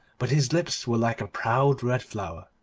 but his lips were like a proud red flower.